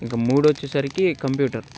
ఇంక మూడు వచ్చేసరికి కంప్యూటర్